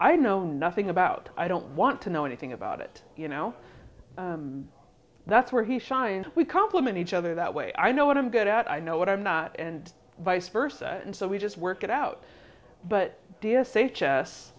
i know nothing about i don't want to know anything about it you know that's where he shined we complement each other that way i know what i'm good at i know what i'm not and vice versa and so we just work it out but